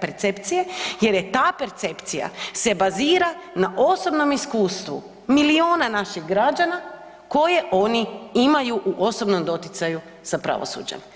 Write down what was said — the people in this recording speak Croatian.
percepcije jer je ta percepcija se bazira na osobnom iskustvu milijuna naših građana koje oni imaju u osobnom doticaju sa pravosuđem.